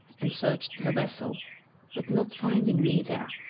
and searched the vessel but, not finding me there,